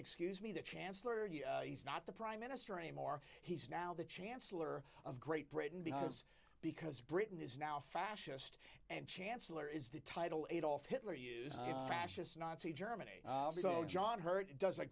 excuse me the chancellor he's not the prime minister anymore he's now the chancellor of great britain because because britain is now fascist and chancellor is the title adolph hitler used fascist nazi germany john hurt does a